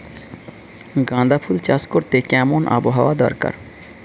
গাঁদাফুল চাষ করতে কেমন আবহাওয়া দরকার?